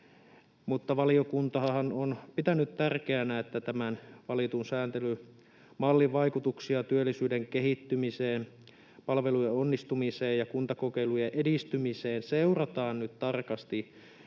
valiokuntahan on pitänyt tärkeänä, että tämän valitun sääntelymallin vaikutuksia työllisyyden kehittymiseen, palvelujen onnistumiseen ja kuntakokeilujen edistymiseen seurataan nyt tarkasti.